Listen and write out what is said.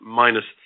minus